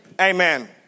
Amen